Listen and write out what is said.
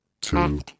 Two